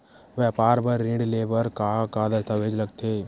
व्यापार बर ऋण ले बर का का दस्तावेज लगथे?